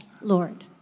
Lord